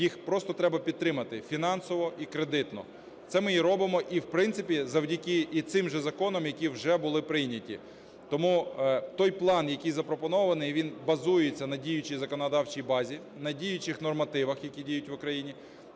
їх просто треба підтримати фінансово і кредитно. Це ми і робимо, і, в принципі, завдяки і цим же законам, які вже були прийняті. Тому той план, який запропонований, він базується на діючій законодавчій базі, на діючих нормативах, які діють в Україні.